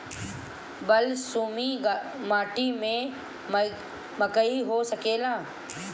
बलसूमी माटी में मकई हो सकेला?